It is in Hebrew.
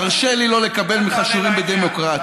תרשה לי לא לקבל ממך שיעורים בדמוקרטיה.